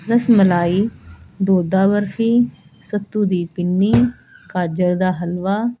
ਰਸ ਮਲਾਈ ਢੋਡਾ ਬਰਫ਼ੀ ਸੱਤੂ ਦੀ ਪਿੰਨੀ ਗਾਜਰ ਦਾ ਹਲਵਾ